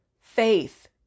faith